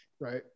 Right